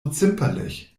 zimperlich